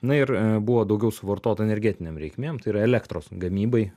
na ir buvo daugiau suvartota energetinėm reikmėm tai yra elektros gamybai